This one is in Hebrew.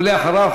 ולאחריו,